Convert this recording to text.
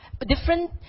Different